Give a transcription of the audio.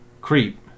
Creep